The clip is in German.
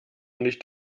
nicht